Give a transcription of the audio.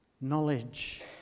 Knowledge